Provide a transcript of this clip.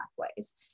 pathways